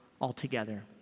altogether